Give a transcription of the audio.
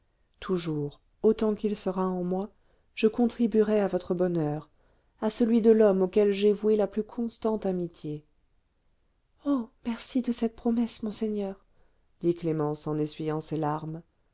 toujours autant qu'il sera en moi je contribuerai à votre bonheur à celui de l'homme auquel j'ai voué la plus constante amitié oh merci de cette promesse monseigneur dit clémence en essuyant ses larmes